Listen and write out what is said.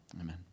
Amen